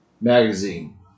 magazine